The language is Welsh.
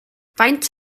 faint